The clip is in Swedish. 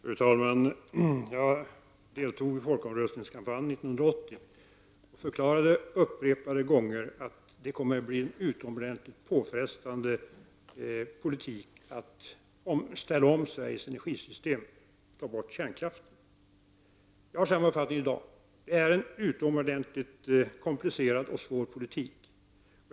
Fru talman! Jag deltog i folkomröstningskampanjen 1980, och jag förklarade upprepade gånger att det kommer att innebära utomordentliga påfrest ningar på politiken att ställa om Sveriges energisystem och ta bort kärnkraften. Jag har samma uppfattning i dag. Det är fråga om en utomordentligt komplicerad och svår politik.